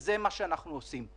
זה מה שאנחנו עושים.